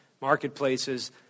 marketplaces